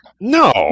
No